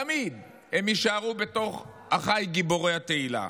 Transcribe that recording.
תמיד הם יישארו בתוך אחיי גיבורי התהילה.